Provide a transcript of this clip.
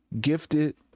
gifted